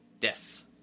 Yes